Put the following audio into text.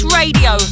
radio